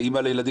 כאימא לילדים,